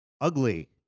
ugly